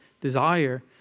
desire